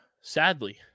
sadly